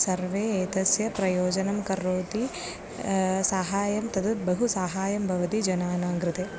सर्वे एतस्य प्रयोजनं करोति साहाय्यं तत् बहु साहाय्यं भवति जनानां कृते